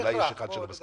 אולי יש אחד שלא מסכים.